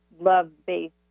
love-based